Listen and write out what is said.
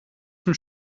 zum